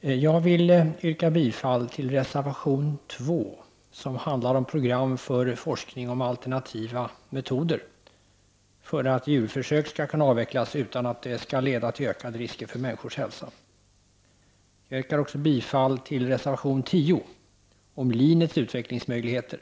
Jag vill yrka bifall till reservation 2 om program för forskning om alternativa metoder. Det gäller att kunna avveckla djurförsök utan att det skall leda till ökade risker för människors hälsa. Jag yrkar också bifall till reservation 10 om linets utvecklingsmöjligheter.